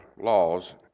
Laws